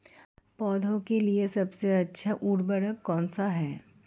पौधों के लिए सबसे अच्छा उर्वरक कौन सा है?